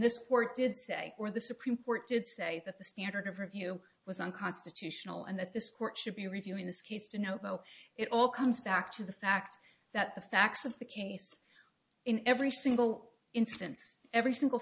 this court did say or the supreme court did say that the standard of review was unconstitutional and that this court should be reviewing this case to know it all comes back to the fact that the facts of the case in every single instance every single